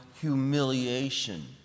humiliation